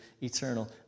eternal